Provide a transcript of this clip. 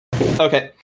Okay